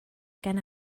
gan